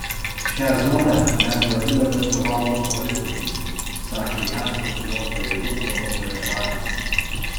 šią zoną mes vadiname suvalkų koridoriumi sakė jav sausumos pajėgų europoje vadas